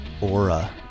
aura